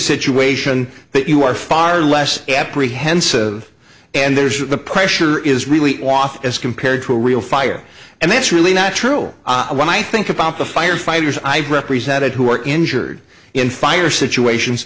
situation that you are far less apprehensive and there's that the pressure is really off as compared to a real fire and that's really not true when i think about the firefighters i've represented who were injured in fire situations